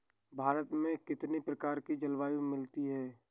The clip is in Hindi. भारत में कितनी प्रकार की जलवायु मिलती है?